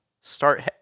start